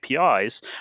APIs